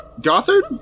Gothard